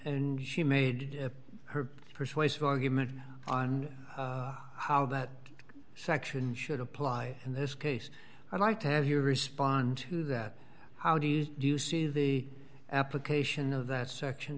very she made her persuasive argument on how that section should apply in this case i'd like to have you respond to that how do you do you see the application of that section